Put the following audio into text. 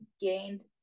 gained